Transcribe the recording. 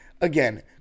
Again